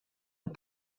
amb